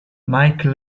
mike